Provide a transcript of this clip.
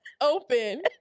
open